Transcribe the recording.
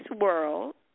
world